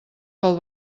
pel